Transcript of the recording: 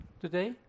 today